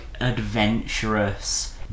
adventurous